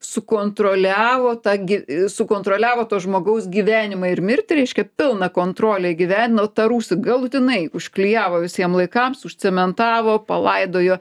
sukontroliavo tą gi sukontroliavo to žmogaus gyvenimą ir mirtį reiškia pilną kontrolę įgyvendino tą rūsį galutinai užklijavo visiem laikams užcementavo palaidojo